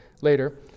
later